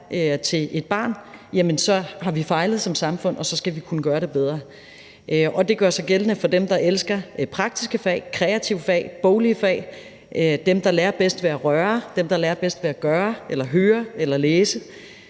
til et barn, har vi fejlet som samfund, og så skal vi kunne gøre det bedre. Det gør sig gældende for dem, der elsker praktiske fag, kreative fag eller boglige fag; dem, der lærer bedst ved at røre; dem, der lærer bedst ved at gøre eller bedst ved